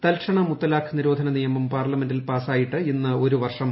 തൽക്ഷണ മുത്തലാഖ് നിരോധന നിയമം പാർലമെന്റിൽ പാസായിട്ട് ഇന്ന് ഒരു വർഷം